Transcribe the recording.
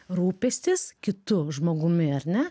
rūpestis kitu žmogumi ar ne